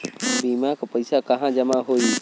बीमा क पैसा कहाँ जमा होई?